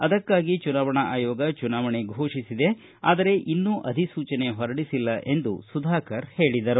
ಆದಕ್ಷೆ ಚುನಾವಣಾ ಆಯೋಗ ಚುನಾವಣೆ ಘೋಷಿಸಿದೆ ಆದರೆ ಇನ್ನೂ ಆಧಿಸೂಚನೆ ಹೊರಡಿಸಿಲ್ಲ ಎಂದು ಸುಧಾಕರ ಹೇಳಿದರು